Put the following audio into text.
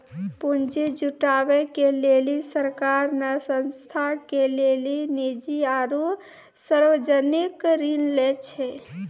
पुन्जी जुटावे के लेली सरकार ने संस्था के लेली निजी आरू सर्वजनिक ऋण लै छै